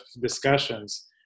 discussions